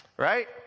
Right